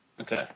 Okay